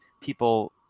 people